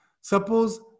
suppose